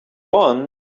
want